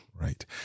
Right